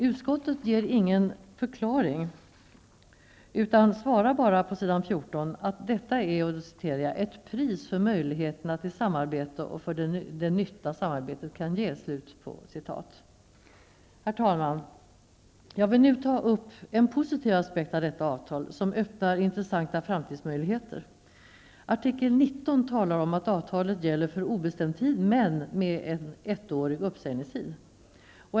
Utskottet ger ingen förklaring, utan man svarar bara på s. 14 att detta är ''ett pris för möjligheterna till samarbete och för den nytta samarbetet kan ge.'' Herr talman! Jag vill nu ta upp en positiv aspekt som blir följden av detta avtal och som öppnar intressanta framtidsmöjligheter. Artikel 19 talar om att avtalet gäller för obestämd tid, men med en ettårig uppsägningstid.